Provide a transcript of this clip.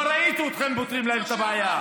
לא ראיתי אתכם פותרים להם את הבעיה.